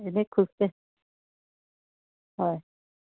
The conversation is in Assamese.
এনেই খোজ হয়